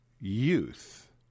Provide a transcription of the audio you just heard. Youth